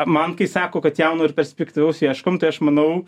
man kai sako kad jauno ir perspektyvaus ieškom tai aš manau